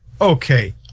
Okay